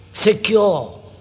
Secure